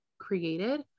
created